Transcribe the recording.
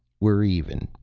we're even,